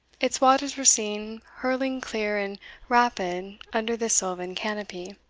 its waters were seen hurling clear and rapid under their silvan canopy.